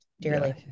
dearly